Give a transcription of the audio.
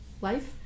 life